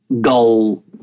goal